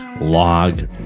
log